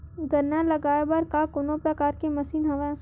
गन्ना लगाये बर का कोनो प्रकार के मशीन हवय?